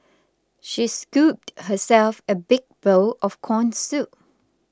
she scooped herself a big bowl of Corn Soup